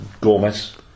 Gomez